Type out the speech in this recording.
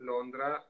Londra